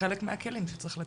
חלק מהכלים שצריך לתת.